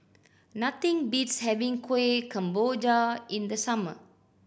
nothing beats having Kueh Kemboja in the summer